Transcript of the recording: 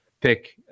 pick